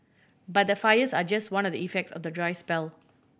but the fires are just one of the effects of the dry spell